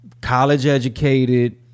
college-educated